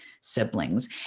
siblings